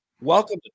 Welcome